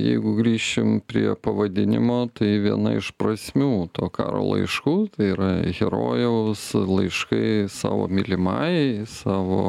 jeigu grįšim prie pavadinimo tai viena iš prasmių to karo laiškų tai yra herojaus laiškai savo mylimajai savo